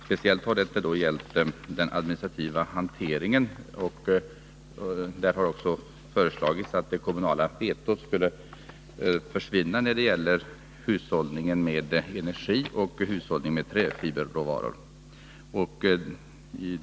Speciellt har det då gällt den administrativa hanteringen, och det har också föreslagits att det kommunala vetot skall försvinna när det gäller hushållningen med energi och hushållningen med träfiberråvara.